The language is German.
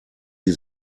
sie